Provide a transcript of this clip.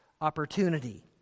opportunity